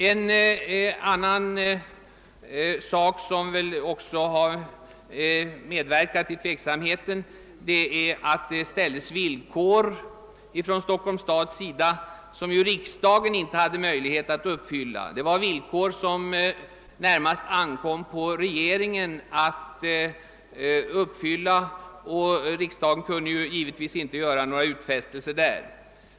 En annan sak som bidrog till tveksamheten var att Stockholms stad ställde villkor som riksdagen inte hade möjlighet att uppfylla; det var villkor som det närmast ankom på regeringen att uppfylla, och riksdagen kunde inte göra några utfästelser.